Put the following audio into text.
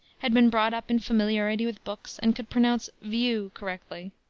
had been brought up in familiarity with books, and could pronounce view correctly.